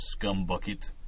scumbucket